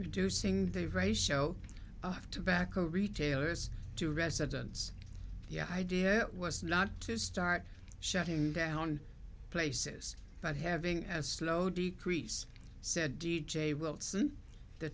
reducing the ratio of tobacco retailers to residents the idea was not to start shutting down places but having as a slow decrease said d j wilson the